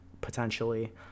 potentially